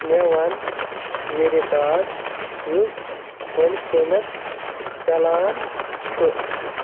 مےٚ وَن یہِ رِکاڈ یُس وٕنۍکٮ۪نَس چلان چھُ